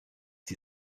die